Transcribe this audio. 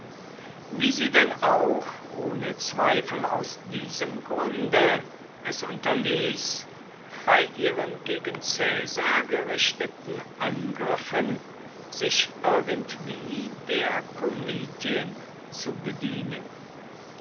wie sie denn auch ohne zweifel aus diesem grunde es unterließ bei ihren gegen caesar gerichteten angriffen sich irgendwie der komitien zu bedienen